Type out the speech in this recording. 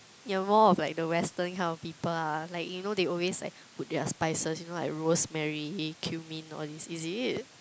you're more of like the western kind of people ah like you know they always like put their spices you know like rosemary cumin all these is it